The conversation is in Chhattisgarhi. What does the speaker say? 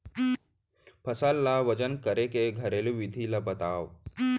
फसल ला वजन करे के घरेलू विधि ला बतावव?